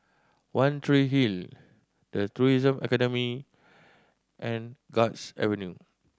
One Tree Hill The Tourism Academy and Guards Avenue